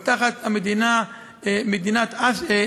או תחת מדינת "דאעש"